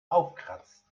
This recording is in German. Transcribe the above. aufkratzen